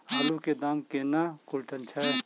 आलु केँ दाम केना कुनटल छैय?